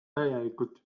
täielikult